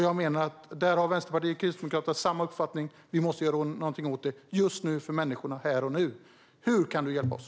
Jag menar att Vänsterpartiet och Kristdemokraterna i denna fråga har samma uppfattning om att vi måste göra någonting åt detta för människorna här och nu. Hur kan du hjälpa oss?